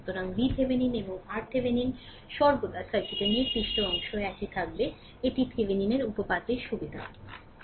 সুতরাং VThevenin এবং RThevenin সর্বদা সার্কিটের নির্দিষ্ট অংশ একই থাকবে এটি থেভেনিনের উপপাদ্যের সুবিধা এটি